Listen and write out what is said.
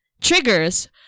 triggers